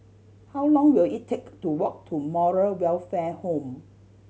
how long will it take to walk to Moral Welfare Home